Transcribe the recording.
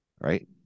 right